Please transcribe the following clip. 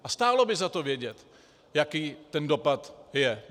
A stálo by za to vědět, jaký ten dopad je.